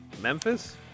Memphis